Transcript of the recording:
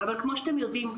אבל כמו שאתם יודעים,